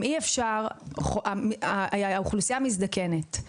האוכלוסיה מזדקנת.